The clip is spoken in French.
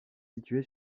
située